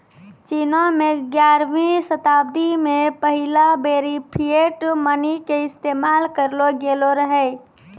चीनो मे ग्यारहवीं शताब्दी मे पहिला बेरी फिएट मनी के इस्तेमाल करलो गेलो रहै